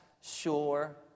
sure